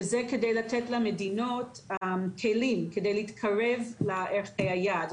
וזה כדי לתת למדינות כלים כדי להתקרב לערכי היעד.